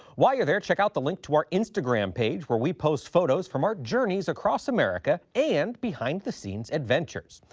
while you're there, check out the link to our instagram page where we post photos from our journeys across america and behind-the-scenes adventures.